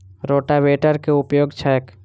रोटावेटरक केँ उपयोग छैक?